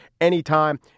anytime